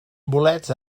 bolets